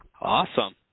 Awesome